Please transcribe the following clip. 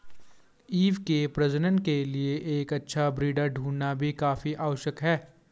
ewe के प्रजनन के लिए एक अच्छा ब्रीडर ढूंढ़ना भी काफी आवश्यक है